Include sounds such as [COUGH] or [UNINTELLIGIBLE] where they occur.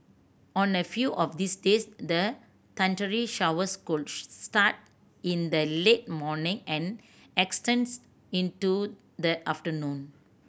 on a few of these days the thundery showers could [UNINTELLIGIBLE] start in the late morning and extends into the afternoon